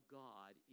god